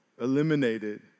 eliminated